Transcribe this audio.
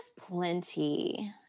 plenty